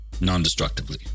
non-destructively